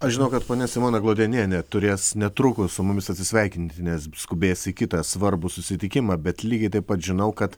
aš žinau kad ponia simona glodenienė turės netrukus su mumis atsisveikinti nes skubės į kitą svarbų susitikimą bet lygiai taip pat žinau kad